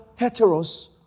heteros